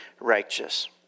righteous